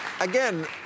again